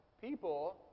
people